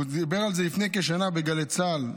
הוא דיבר על זה לפני כשנה בגלי צה"ל,